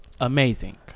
amazing